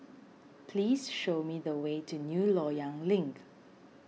please show me the way to New Loyang Link